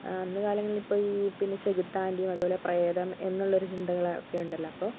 അന്ന് കാലങ്ങളിൽ ഇപ്പോൾ ഈ പിന്നെ ചെകുത്താൻറെയൊ അതുപോലെ പ്രേതം എന്നുള്ളൊരു ചിന്തകൾ ഒക്കെ ഉണ്ടല്ലോ